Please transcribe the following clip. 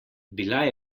bila